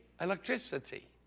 electricity